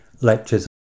lectures